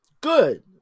Good